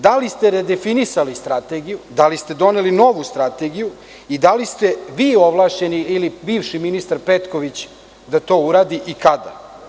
Da li ste redefinisali Stretegiju, da li ste doneli novu strategiju i da li ste vi ovlašćeni ili bivši ministar Petković da to uradi i kada?